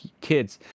kids